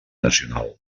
nacional